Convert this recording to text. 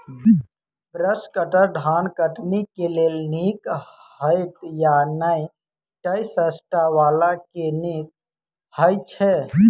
Brush cutter धान कटनी केँ लेल नीक हएत या नै तऽ सस्ता वला केँ नीक हय छै?